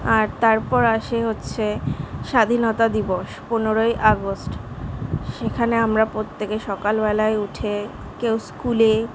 আর তারপর আসে হচ্ছে স্বাধীনতা দিবস পনেরোই আগস্ট সেখানে আমরা প্রত্যেকে সকালবেলায় উঠে কেউ স্কুলে